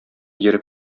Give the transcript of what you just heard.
йөреп